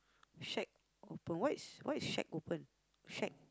shack open what is what is shack open